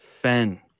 Ben